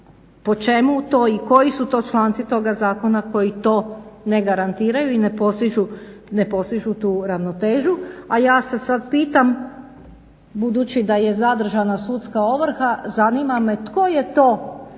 po čemu to i koji su to članci toga zakona koji to ne garantiraju i ne postižu tu ravnotežu. A ja se sad pitam budući da je zadržana sudska ovrha zanima me tko je to,